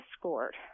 escort